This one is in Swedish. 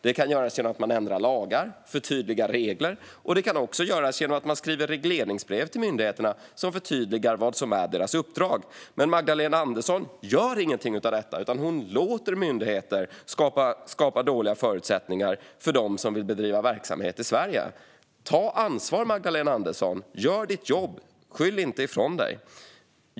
Det kan göras genom att man ändrar lagar och förtydligar regler eller genom att man skriver regleringsbrev till myndigheterna där man förtydligar vad som är deras uppdrag. Men Magdalena Andersson gör ingenting av detta utan låter myndigheter skapa dåliga förutsättningar för dem som vill bedriva verksamhet i Sverige. Ta ansvar, Magdalena Andersson - gör ditt jobb, och skyll inte ifrån dig!